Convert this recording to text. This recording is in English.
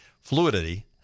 fluidity